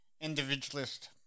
individualist